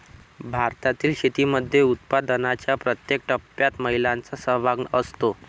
भारतातील शेतीमध्ये उत्पादनाच्या प्रत्येक टप्प्यात महिलांचा सहभाग असतो